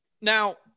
Now